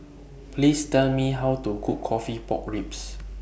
Please Tell Me How to Cook Coffee Pork Ribs